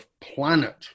planet